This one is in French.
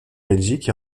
belgique